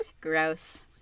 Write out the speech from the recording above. Gross